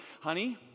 honey